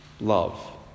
love